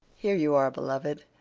here you are, beloved!